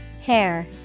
Hair